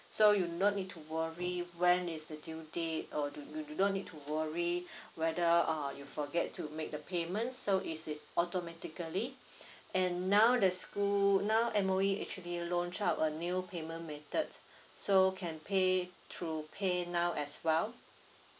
so you not need to worry when is the due date or do~ do not need to worry whether uh you forget to make the payment so it is automatically and now the school now M_O_E actually launch up a new payment method so can pay through paynow as well